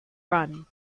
run